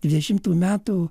dvidešimtų metų